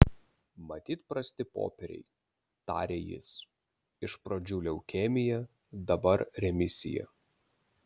matyt prasti popieriai tarė jis iš pradžių leukemija dabar remisija